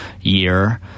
year